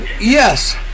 yes